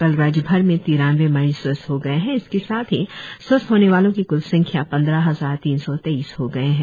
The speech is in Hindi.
कल राज्यभर से तिरानवे मरीज स्वस्थ हो गए है इसके साथ ही स्वस्थ होने वालो की कूल संख्या पंद्रह हजार तीन सौ तेईस हो गए है